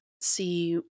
see